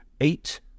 eight